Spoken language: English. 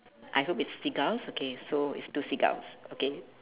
I hope it's seagulls okay so it's two seagulls okay